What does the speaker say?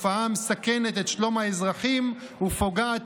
תופעה המסכנת את שלום האזרחים ופוגעת